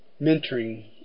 Mentoring